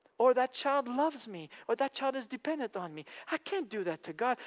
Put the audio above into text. or that child loves me, or that child is dependent on me, i can't do that to god.